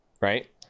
right